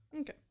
Okay